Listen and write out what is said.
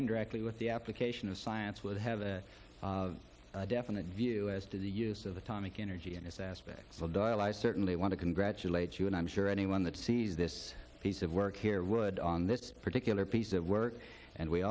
indirectly with the application of science would have a definite view as to the use of atomic energy in this aspect of doyle i certainly want to congratulate you and i'm sure anyone that sees this piece of work here would on this particular piece of work and we